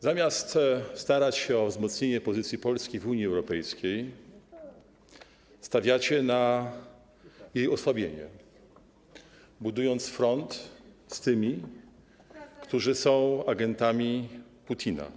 Zamiast starać się o wzmocnienie pozycji Polski w Unii Europejskiej, stawiacie na jej osłabienie, budując front z tymi, którzy są agentami Putina.